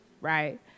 right